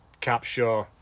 capture